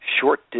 short